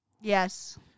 Yes